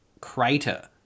crater